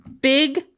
big